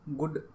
good